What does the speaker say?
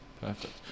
perfect